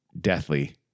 deathly